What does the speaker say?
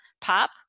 pop